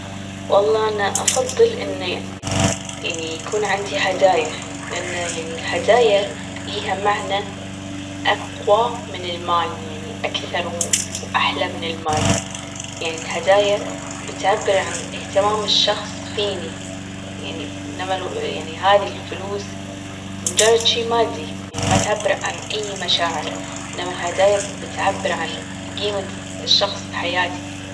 والله أنا أفضل إني يعني يكون عندي هدايا لأنه يعني الهدايا لها معنى أقوى من المال يعني أكثر وأحلى من المال يعني الهدايا بتعبرعن إهتمام الشخص فيني يعني إنما يعني هذي الفلوس مجرد شي مادي يعني ما تعبر عن أي مشاعر إنما الهدايا بتعبر عن جيمة الشخص بحياتي.